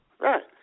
Right